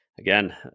Again